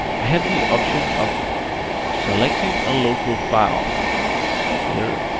i have the option of selecting a local file here